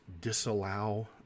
disallow